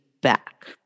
back